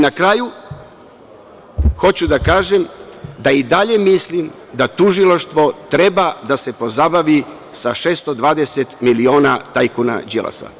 Na kraju, hoću da kažem da i dalje mislim da tužilaštvo treba da se pozabavi sa 620 miliona tajkuna Đilasa.